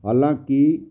ਹਾਲਾਂਕਿ